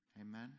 Amen